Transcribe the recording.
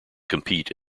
compete